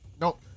nope